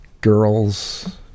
girls